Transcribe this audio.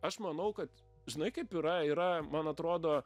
aš manau kad žinai kaip yra yra man atrodo